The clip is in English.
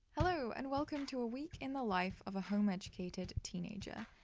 hello, and welcome to a week in the life of a home educated teenager!